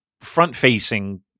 front-facing